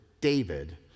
David